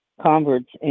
converts